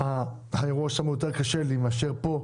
האירוע שם יותר קשה לי מאשר פה,